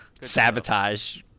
Sabotage